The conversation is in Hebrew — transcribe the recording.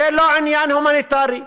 זה לא עניין הומניטרי,